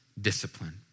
Discipline